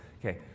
Okay